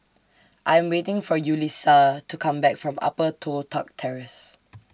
I'm waiting For Yulissa to Come Back from Upper Toh Tuck Terrace